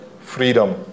freedom